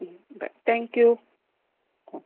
bye thank you